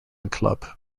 club